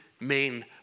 main